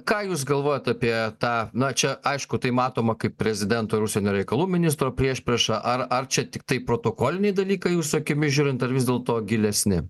ką jūs galvojat apie tą na čia aišku tai matoma kaip prezidento ir užsienio reikalų ministro priešprieša ar ar čia tiktai protokoliniai dalykai jūsų akimis žiūrint ar vis dėlto gilesni